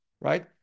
right